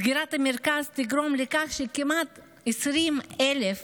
סגירת המרכז תגרום לכך שכמעט 20,000